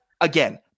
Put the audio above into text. Again